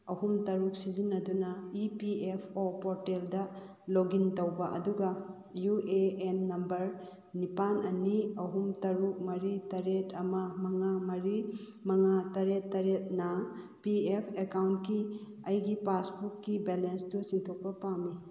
ꯑꯍꯨꯝ ꯇꯔꯨꯛ ꯁꯤꯖꯤꯟꯅꯗꯨꯅ ꯏ ꯄꯤ ꯑꯦꯐ ꯑꯣ ꯄꯣꯔꯇꯦꯜꯗ ꯂꯣꯛꯒꯤꯟ ꯇꯧꯕ ꯑꯗꯨꯒ ꯌꯨ ꯑꯦ ꯑꯦꯟ ꯅꯝꯕꯔ ꯅꯤꯄꯥꯜ ꯑꯅꯤ ꯑꯍꯨꯝ ꯇꯔꯨꯛ ꯃꯔꯤ ꯇꯔꯦꯠ ꯑꯃ ꯃꯉꯥ ꯃꯔꯤ ꯃꯉꯥ ꯇꯔꯦꯠ ꯇꯔꯦꯠꯅ ꯄꯤ ꯑꯦꯐ ꯑꯦꯀꯥꯎꯟꯒꯤ ꯑꯩꯒꯤ ꯄꯥꯁꯕꯨꯛꯀꯤ ꯕꯦꯂꯦꯟꯁꯇꯨ ꯆꯤꯡꯊꯣꯛꯄ ꯄꯥꯝꯏ